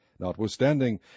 Notwithstanding